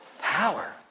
power